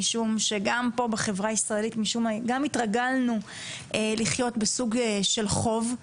משום שגם התרגלנו לחיות בסוג של חוב.